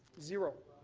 zero.